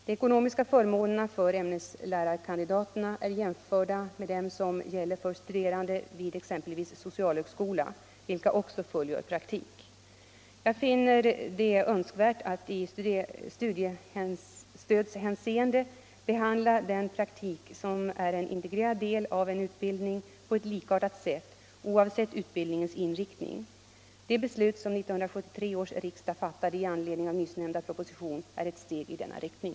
De ekonomiska förmånerna för ämneslärarkandidaterna är jämförbara med dem som gäller för studerande vid exempelvis socialhögskola, vilka också fullgör praktik. Jag finner det önskvärt att i studiestödshänseende behandla den praktik som är en integrerad del av en utbildning på ett likartat sätt oavsett utbildningens inriktning. Det beslut 1973 års riksdag fattade i anledning av nyssnämnda proposition är ett steg i denna riktning.